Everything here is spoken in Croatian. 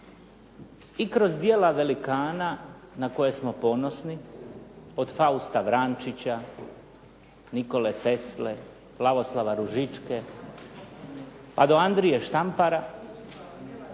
i kroz dijela velikana na koje smo ponosni, od Fausta Vrančića, Nikole Tesle, Lavoslava Ružičke, pa do Andrije Štampara,